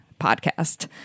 podcast